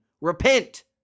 repent